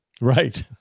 Right